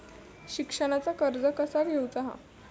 शिक्षणाचा कर्ज कसा घेऊचा हा?